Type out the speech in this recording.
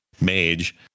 mage